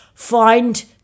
find